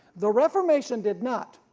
the reformation did not,